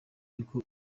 yuko